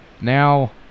now